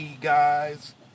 guys